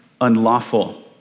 unlawful